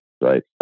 right